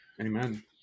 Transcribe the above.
amen